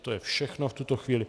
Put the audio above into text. A to je všechno v tuto chvíli.